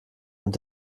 und